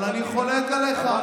אבל אני חולק עליך.